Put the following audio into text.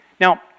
Now